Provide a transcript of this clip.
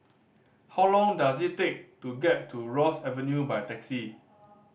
how long does it take to get to Ross Avenue by taxi